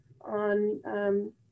on